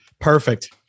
Perfect